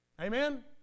Amen